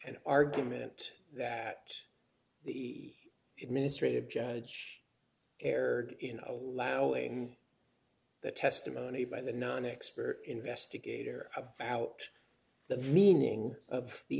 and argument that the ministry of judge erred in allowing the testimony by the non expert investigator about the meaning of the